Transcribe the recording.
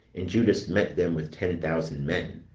and judas met them with ten thousand men.